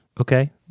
okay